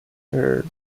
heir